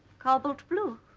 cobalt blue